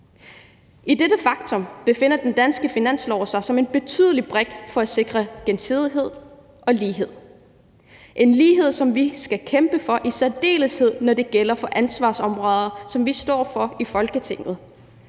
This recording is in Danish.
I dette faktum befinder den danske finanslov sig som en betydelig brik til at sikre gensidighed og lighed. Det er en lighed, som vi skal kæmpe for, i særdeleshed når det gælder ansvarsområder, som vi står for i Folketinget.